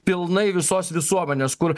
pilnai visos visuomenės kur